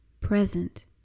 present